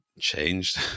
changed